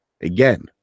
again